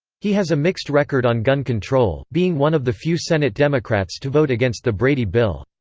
he has a mixed record on gun control, being one of the few senate democrats to vote against the brady bill.